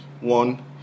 One